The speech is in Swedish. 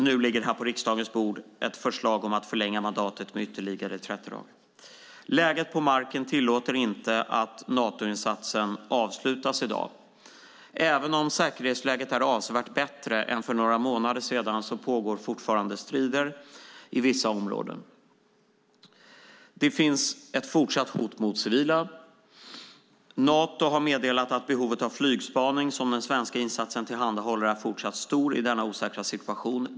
Nu ligger på riksdagens bord ett förslag om att förlänga mandatet med ytterligare 30 dagar. Läget på marken tillåter inte att Natoinsatsen avslutas i dag. Även om säkerhetsläget är avsevärt bättre än för några månader sedan pågår fortfarande strider i vissa områden. Det finns ett fortsatt hot mot civila. Nato har meddelat att behovet av flygspaning, som den svenska insatsen tillhandahåller, är fortsatt stor i denna osäkra situation.